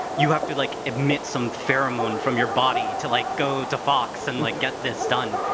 you have to, like, admit some pheromone from your body to like go to fox and like get this done?